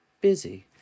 busy